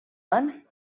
gun